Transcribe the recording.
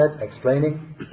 explaining